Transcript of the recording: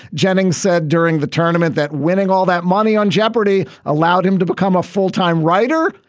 jennings said during the tournament that winning all that money on jeopardy! allowed him to become a full-time writer.